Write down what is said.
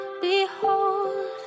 behold